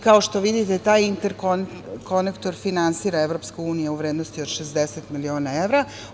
Kao što vidite taj inter konektor finansira Evropska unija u vrednosti od 60 miliona evra.